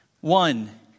One